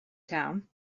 town